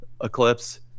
eclipse